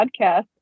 podcast